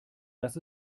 dass